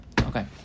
okay